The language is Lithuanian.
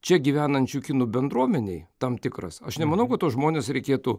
čia gyvenančių kinų bendruomenei tam tikras aš nemanau kad tuos žmones reikėtų